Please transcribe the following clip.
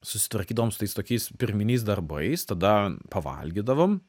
susitvarkydavom su tais tokiais pirminiais darbais tada pavalgydavom